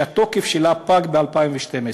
שהתוקף שלה פג ב-2012.